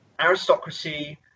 aristocracy